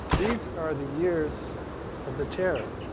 these are the years of the terror.